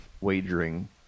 wagering